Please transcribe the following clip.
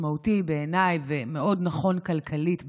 משמעותי בעיניי ומאוד נכון כלכלית,